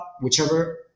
whichever